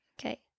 Okay